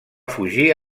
fugir